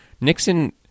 Nixon